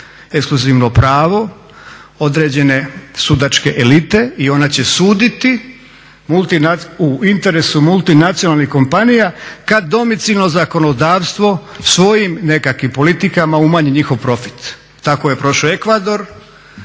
ekskluzivno pravo određene sudačke elite i ona će suditi u interesu multinacionalnih kompanija kad domicilno zakonodavstvo svojim nekakvim politikama umanji njihov profit. Tako je prošao Ekvador